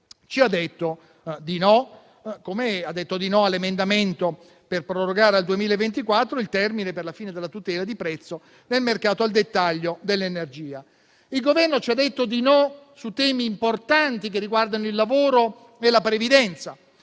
no, così come ha detto di no all'emendamento per prorogare al 2024 il termine per la fine della tutela del prezzo nel mercato al dettaglio dell'energia. Il Governo ci ha detto di no su temi importanti che riguardano il lavoro e la previdenza.